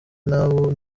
nabo